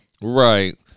Right